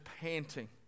panting